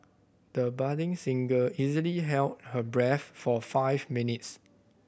the budding singer easily held her breath for five minutes